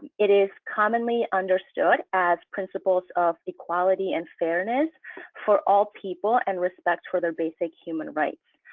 it is commonly understood as principles of equality and fairness for all people and respect for their basic human rights.